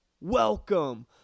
welcome